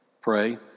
Pray